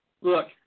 Look